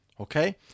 Okay